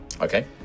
Okay